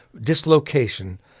dislocation